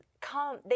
come